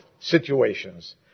situations